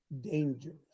dangerous